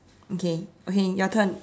okay okay your turn